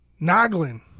Noglin